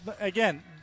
again